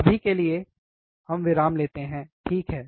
अभी के लिए हम विराम लेते हैं ठीक है